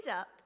up